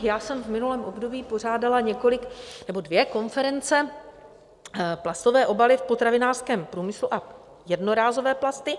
Já jsem v minulém období pořádala několik... nebo dvě konference, Plastové obaly v potravinářském průmyslu a Jednorázové plasty.